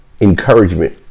encouragement